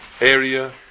area